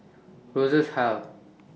Rosas Hall